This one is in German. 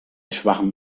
schwachem